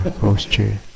posture